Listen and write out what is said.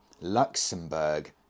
Luxembourg